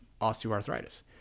osteoarthritis